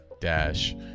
dash